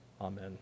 Amen